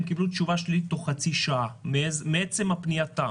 הם קיבלו תשובה שלילית תוך חצי שעה מעצם פנייתם.